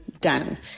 down